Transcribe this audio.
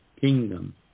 kingdom